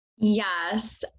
Yes